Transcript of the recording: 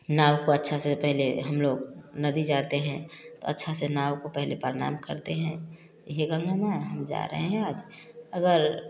नाव को अच्छा से पहले हम लोग नदी जाते हैं अच्छा से नाव को पहले प्रणाम करते हैं हे गंगा माँ हम जा रहे हैं आज अगर